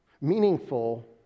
meaningful